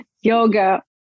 Yoga